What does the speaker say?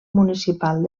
municipal